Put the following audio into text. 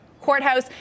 courthouse